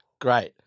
great